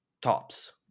tops